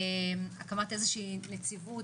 הקמת איזושהי נציבות,